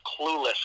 clueless